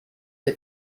que